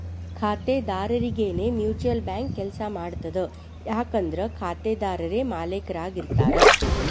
ಖಾತೆದಾರರರಿಗೆನೇ mutual bank ಕೆಲ್ಸ ಮಾಡ್ತದ ಯಾಕಂದ್ರ ಖಾತೆದಾರರೇ ಮಾಲೇಕರಾಗಿರ್ತಾರ